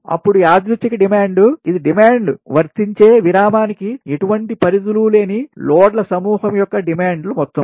అప్పుడు యాదృచ్చిక డిమాండ్ ఇది డిమాండ్ వర్తించే విరామానికి ఎటువంటి పరిమితులు లేని లోడ్ల సమూహం యొక్క డిమాండ్ల మొత్తం